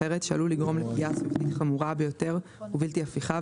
אחרת שעלול לגרום לפגיעה סביבתית חמורה ביותר ובלתי הפיכה,